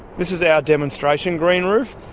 this is our demonstration green roof.